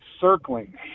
circling